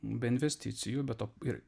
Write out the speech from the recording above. be investicijų be to ir